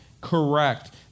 correct